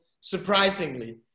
surprisingly